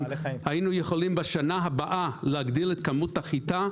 היינו יכולים בשנה הבאה להגדיל את כמות החיטה,